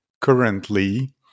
Currently